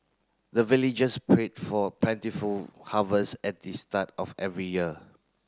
the villagers pray for plentiful harvest at the start of every year